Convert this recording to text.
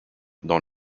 dans